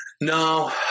No